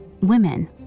Women